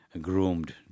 groomed